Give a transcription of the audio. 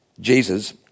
Jesus